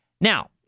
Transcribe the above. Now